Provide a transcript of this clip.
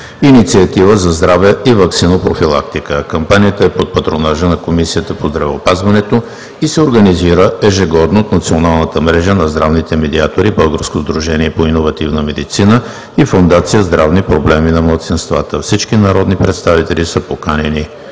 „Инициатива за здраве и ваксинопрофилактика“. Кампанията е под патронажа на Комисията по здравеопазването и се организира ежегодно от Националната мрежа на здравните медиатори, Българско сдружение по иновативна медицина и Фондация „Здравни проблеми на малцинствата“. Всички народни представители са поканени